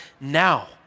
now